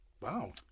Wow